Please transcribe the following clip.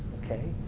okay.